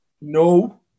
No